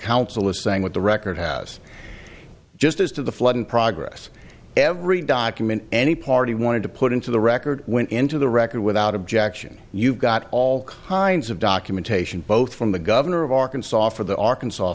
counsel is saying what the record has just as to the flood in progress every document any party wanted to put into the record went into the record without objection you've got all kinds of documentation both from the governor of arkansas for the arkansas